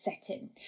setting